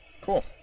Cool